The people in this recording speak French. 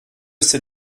sait